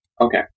Okay